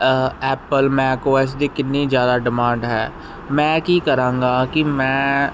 Apple ਮੈਂ ਕੋਸ ਦੀ ਕਿੰਨੀ ਜਿਆਦਾ ਡਿਮਾਂਡ ਹੈ ਮੈਂ ਕੀ ਕਰਾਂਗਾ ਕਿ ਮੈਂ